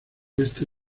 oeste